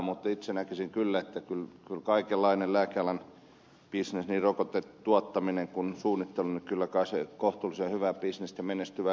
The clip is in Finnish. mutta itse näkisin kyllä että kyllä kaikenlainen lääkealan bisnes niin rokotetuottaminen kuin suunnittelu kai kohtuullisen hyvää bisnestä menestyvää liiketoimintaa on